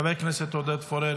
חבר הכנסת עודד פורר,